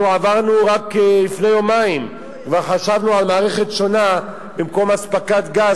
רק לפני יומיים חשבנו על מערכת שונה במקום אספקת גז,